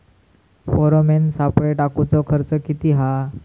Pheromone सापळे टाकूचो खर्च किती हा?